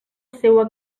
seua